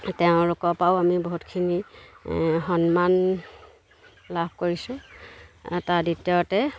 তেওঁলোকৰপৰাও আমি বহুতখিনি সন্মান লাভ কৰিছোঁ তাৰ দ্বিতীয়তে